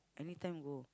anytime go